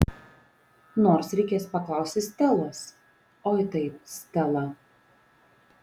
nors reikės paklausti stelos oi taip stela